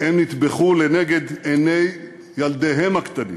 הם נטבחו לנגד עיני ילדיהם הקטנים.